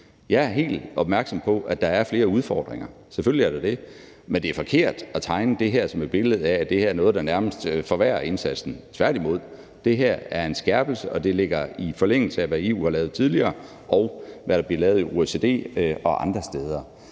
Jeg er helt opmærksom på, at der er flere udfordringer, selvfølgelig er der det. Men det er forkert at tegne det her som et billede af, at det er noget, der nærmest forværrer indsatsen. Tværtimod, det her er en skærpelse, og det ligger i forlængelse af, hvad EU har lavet tidligere, og hvad der bliver lavet i OECD og andre steder.